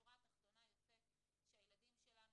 בשורה התחתונה יוצא שהילדים שלנו,